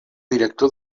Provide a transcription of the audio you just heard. director